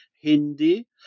Hindi